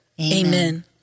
Amen